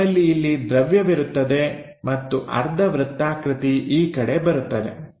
ನಮ್ಮಲ್ಲಿ ಇಲ್ಲಿ ದ್ರವ್ಯವಿರುತ್ತದೆ ಮತ್ತು ಅರ್ಧ ವೃತ್ತಾಕೃತಿ ಈ ಕಡೆ ಬರುತ್ತದೆ